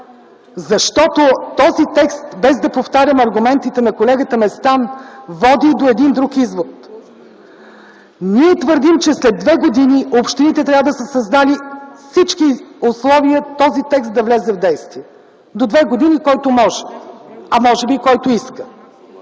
предполага среда. Без да повтарям аргументите на колегата Местан, този текст води до един друг извод. Ние твърдим, че след 2 години общините трябва да са създали всички условия този текст да влезе в действие – до 2 години (който може, а може би – който иска).